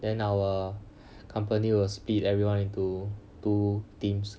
then our company will split everyone into two teams